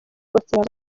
abakiriya